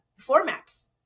formats